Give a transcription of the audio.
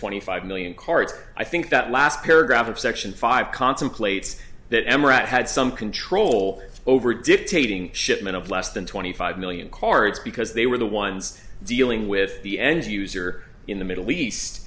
twenty five million carts i think that last paragraph of section five contemplates that amoret had some control over dictating shipment of less than twenty five million cards because they were the ones dealing with the end user in the middle east